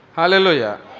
Hallelujah